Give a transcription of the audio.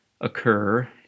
occur